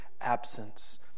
Absence